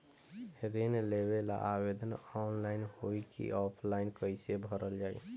ऋण लेवेला आवेदन ऑनलाइन होई की ऑफलाइन कइसे भरल जाई?